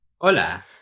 Hola